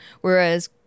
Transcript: whereas